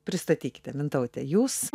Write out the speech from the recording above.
pristatykite mintaute jūs